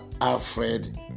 Alfred